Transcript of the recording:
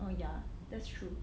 oh ya that's true